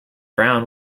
brown